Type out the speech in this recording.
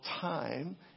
time